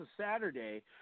Saturday